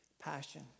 Passion